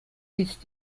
ist